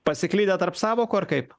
pasiklydę tarp sąvokų ar kaip